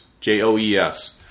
J-O-E-S